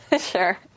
sure